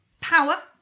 power